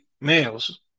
males